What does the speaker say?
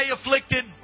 afflicted